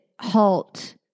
halt